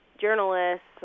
journalists